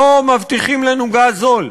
לא מבטיחים לנו גז זול.